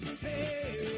Hey